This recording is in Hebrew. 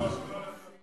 ועוברת לוועדת החוקה,